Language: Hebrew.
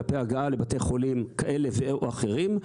כלפי ההגנה לבתי חולים כאלה ו/או אחרים,